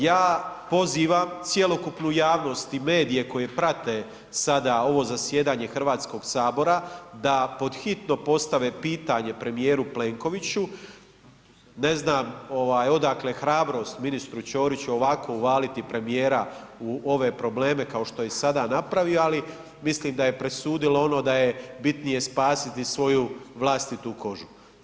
Ja pozivam cjelokupnu javnost i medije koji prate sada ovo zajedanje Hrvatskog sabora da pod hitno postave pitanje premijeru Plenkoviću, ne znam ovaj odakle hrabrost ministru Ćoriću ovako uvaliti premijera u ove probleme kao što je sada napravio, ali mislim da je presudilo ono da je bitnije spasiti svoju vlastitu kožu.